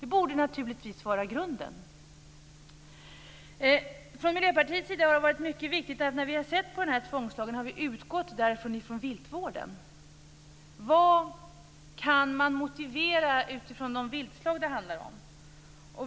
Det borde naturligtvis vara grunden. Från Miljöpartiets sida har det varit mycket viktigt att vi, när vi har sett på den här tvångslagen, därför har utgått från viltvården. Vad kan man motivera utifrån de viltslag det handlar om?